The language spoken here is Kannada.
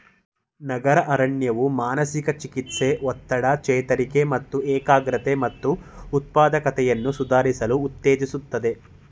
ನಗರ ಅರಣ್ಯವು ಮಾನಸಿಕ ಚಿಕಿತ್ಸೆ ಒತ್ತಡ ಚೇತರಿಕೆ ಮತ್ತು ಏಕಾಗ್ರತೆ ಮತ್ತು ಉತ್ಪಾದಕತೆಯನ್ನು ಸುಧಾರಿಸಲು ಉತ್ತೇಜಿಸ್ತದೆ